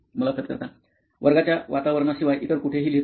मुलाखत कर्ता वर्गाच्या वातावरणाशिवाय इतर कुठेही लिहितो का